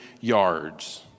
yards